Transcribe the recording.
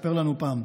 ספר לנו פעם,